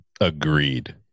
Agreed